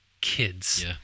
kids